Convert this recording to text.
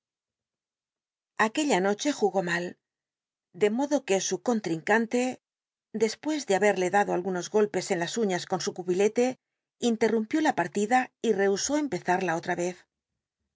aquella noche jugó mal de modo que su con ltincanlc despues de haberle dado algunos golpes en las uiias con su cubilete interrumpió la partida y rehusó empezarlaotra vez